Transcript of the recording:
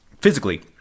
physically